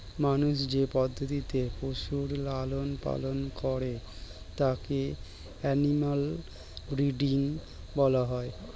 মানুষ যে পদ্ধতিতে পশুর লালন পালন করে তাকে অ্যানিমাল ব্রীডিং বলা হয়